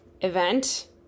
event